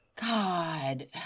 God